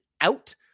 out